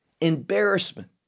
embarrassment